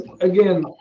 again